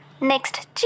Next